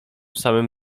samym